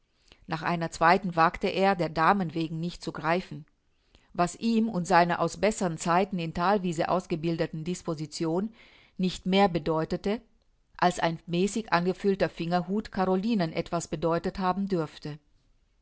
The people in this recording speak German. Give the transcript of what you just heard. nach einer zweiten wagte er der damen wegen nicht zu greifen was ihm und seiner aus bessern zeiten in thalwiese ausgebildeten disposition nicht mehr bedeutete als ein mäßig angefüllter fingerhut carolinen etwa bedeutet haben dürfte